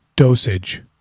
Dosage